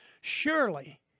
Surely